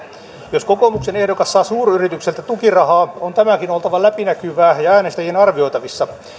jos kokoomuksen ehdokas saa suuryritykseltä tukirahaa on tämänkin oltava läpinäkyvää ja äänestäjien arvioitavissa